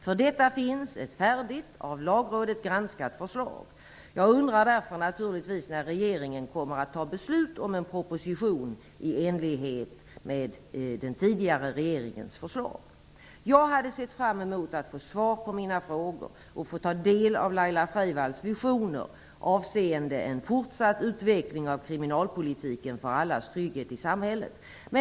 För detta finns ett färdigt av Lagrådet granskat förslag. Jag undrar därför naturligtvis när regeringen kommer att fatta beslut om en proposition i enlighet med den tidigare regeringens förslag. Jag hade sett fram emot att få svar på mina frågor och att få ta del av Laila Freivalds visioner avseende en fortsatt utveckling av kriminalpolitiken för allas trygghet i samhället.